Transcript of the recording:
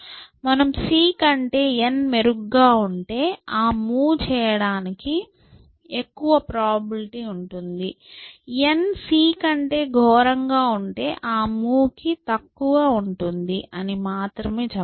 మనం C కంటే n మెరుగ్గా ఉంటే ఆ మూవ్ చేయడానికి ఎక్కువ ప్రాబబిలిటీ ఉంటుంది n c కంటే ఘోరంగా ఉంటే ఆ మూవ్ కి తక్కువ ఉంటుంది అని మాత్రమే చెప్పగలము